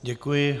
Děkuji.